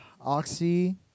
Oxy